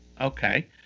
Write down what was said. Okay